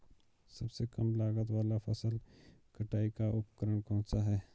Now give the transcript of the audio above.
सबसे कम लागत वाला फसल कटाई का उपकरण कौन सा है?